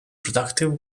productive